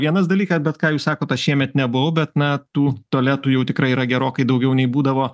vienas dalykas bet ką jūs sakot aš šiemet nebuvau bet na tų tualetų jau tikrai yra gerokai daugiau nei būdavo